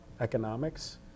economics